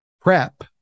PrEP